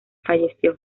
falleció